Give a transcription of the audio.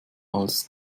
als